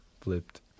Flipped